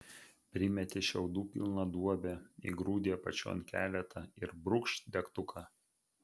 primeti šiaudų pilną duobę įgrūdi apačion keletą ir brūkšt degtuką